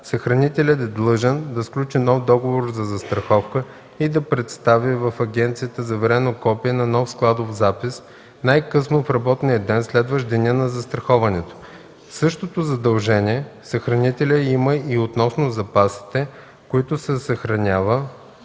съхранителят е длъжен да сключи нов договор за застраховка и да представи в агенцията заверено копие на нов складов запис най-късно в работния ден, следващ деня на застраховането. Същото задължение съхранителят има и относно запасите, които съхранява